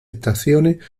estaciones